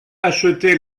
acheté